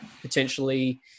potentially